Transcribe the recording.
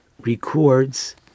records